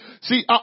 See